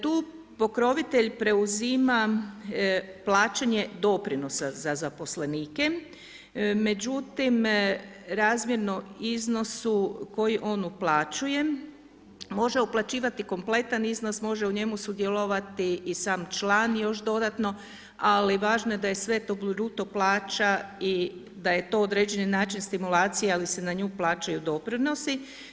Tu pokrovitelj preuzima plaćanje doprinosa za zaposlenike, međutim, razmjerno iznosu koji on uplaćuje, može uplaćivati kompletan iznos, može u njemu sudjelovati i sam član još dodatno, ali važno je da je sve to bruto plaća i da je to određeni način stimulacije, ali se na nju plaćaju doprinosi.